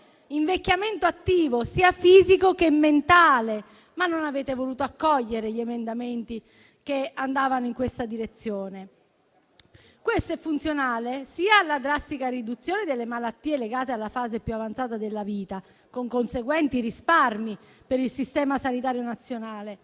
invecchiamento attivo, sia fisico che mentale. Ma non avete voluto accogliere gli emendamenti che andavano in questa direzione. Questo è funzionale sia alla drastica riduzione delle malattie, legate alla fase più avanzata della vita, con conseguenti risparmi per il Servizio sanitario nazionale,